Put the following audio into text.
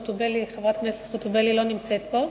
חברת הכנסת חוטובלי לא נמצאת פה.